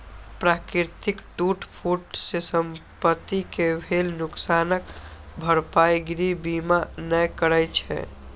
प्राकृतिक टूट फूट सं संपत्ति कें भेल नुकसानक भरपाई गृह बीमा नै करै छै